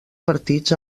partits